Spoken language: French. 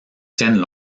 tiennent